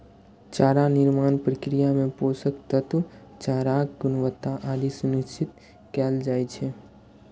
चारा निर्माण प्रक्रिया मे पोषक तत्व, चाराक गुणवत्ता आदि सुनिश्चित कैल जाइ छै